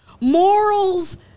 morals